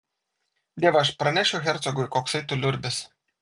dievaž pranešiu hercogui koksai tu liurbis